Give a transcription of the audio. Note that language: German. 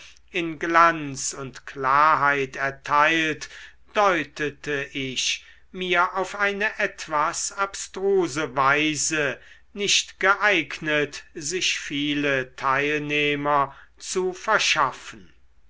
in glanz und klarheit erteilt deutete ich mir auf eine etwas abstruse weise nicht geeignet sich viele teilnehmer zu verschaffen